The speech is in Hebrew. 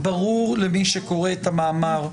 ברור למי שקורא את המאמר,